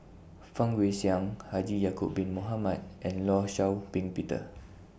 Fang Guixiang Haji Ya'Acob Bin Mohamed and law Shau Ping Peter